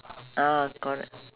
ah corre~